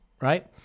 right